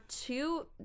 two